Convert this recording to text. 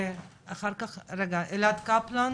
אלעד קפלן.